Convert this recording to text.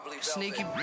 Sneaky